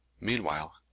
Meanwhile